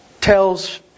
tells